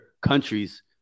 countries